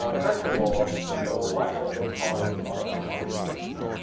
ah first of all, so why is it called a small cell lung cancer?